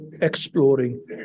exploring